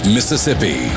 Mississippi